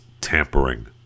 tampering